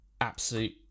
absolute